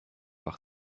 par